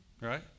Right